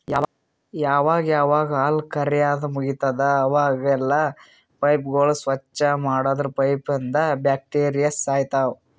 ಯಾವಾಗ್ ಯಾವಾಗ್ ಹಾಲ್ ಕರ್ಯಾದ್ ಮುಗಿತದ್ ಅವಾಗೆಲ್ಲಾ ಪೈಪ್ಗೋಳ್ ಸ್ವಚ್ಚ್ ಮಾಡದ್ರ್ ಪೈಪ್ನಂದ್ ಬ್ಯಾಕ್ಟೀರಿಯಾ ಸಾಯ್ತವ್